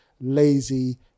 lazy